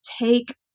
take